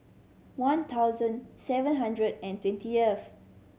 one thousand seven hundred and twentieth